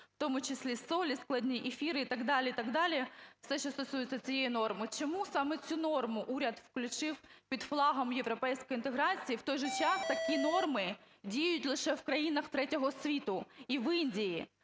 в тому числі солі, складні ефіри і так далі, і так далі, все що стосується цієї норми. Чому саме цю норму уряд включив під флагом європейської інтеграції? В той же час такі норми діють лише в країнах третього світу і в Індії.